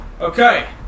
Okay